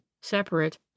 separate